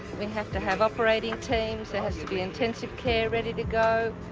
we have to have operating teams, there has to be intensive care ready to go,